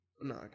No